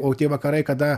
o tie vakarai kada